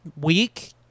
week